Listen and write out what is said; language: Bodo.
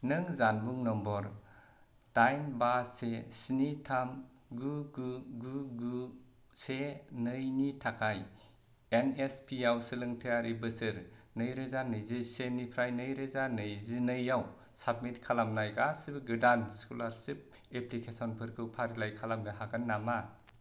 नों जानबुं नाम्बार दाइन बा से स्नि थाम गु गु गु गु से नैनि थाखाय एन एस पि आव सोलोंथायारि बोसोर नैरोजा नैजिसेनिफ्राय नैरोजा नैजिनैआव साबमिट खालामनाय गासिबो गोदान स्क'लारशिप एप्लिकेसनफोरखौ फारिलाइ खालामनो हागोन नामा